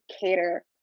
cater